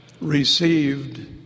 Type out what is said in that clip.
received